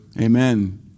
Amen